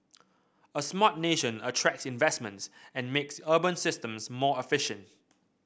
a smart nation attracts investments and makes urban systems more efficient